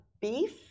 beef